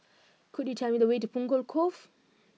could you tell me the way to Punggol Cove